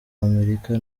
amerika